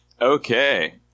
Okay